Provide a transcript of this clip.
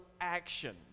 action